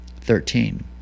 Thirteen